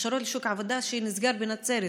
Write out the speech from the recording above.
הכשרות לשוק העבודה שנסגר בנצרת.